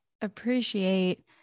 appreciate